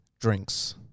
drinks